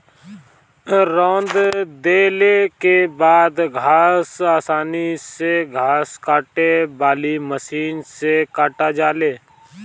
रौंद देले के बाद घास आसानी से घास काटे वाली मशीन से काटा जाले